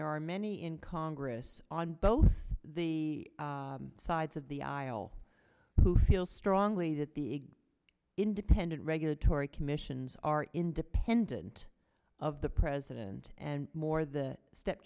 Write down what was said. there are many in congress on both the sides of the aisle who feel strongly that the independent regulatory commission are independent of the president and more the